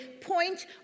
point